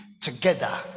together